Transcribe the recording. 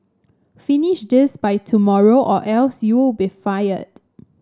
finish this by tomorrow or else you'll be fired